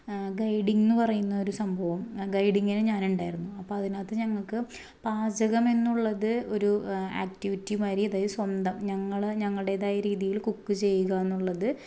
guiding എന്ന് പറയുന്ന ഒരു സംഭവം ഗേയ്ഡിങ്ങിന് ഞാനുണ്ടായിരുന്നു അപ്പോൾ അതിനകത്ത് ഞങ്ങള്ക്ക് പാച്ചകമെന്നുള്ളത് ഒരു ആക്ടിവിറ്റി മാതിരി അതായത് സ്വന്തം ഞങ്ങൾ ഞങ്ങളുടേതായ രീതിയിൽ കുക്ക് ചെയ്യുക എന്നുള്ളത്